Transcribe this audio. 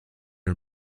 are